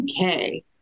okay